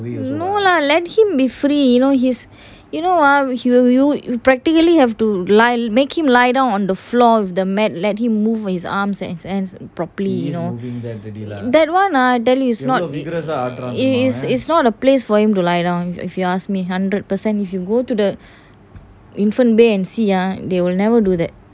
no lah let him be free you know he's you know ah you will you you practically have to lie and make him lie down on the floor of the mat led him move his arms and his hands properly you know that [one] ah I tell you is not is is not a place for him to lie down if you ask me hundred percent if you go to the infant bay and see ah they will never do that